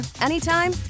anytime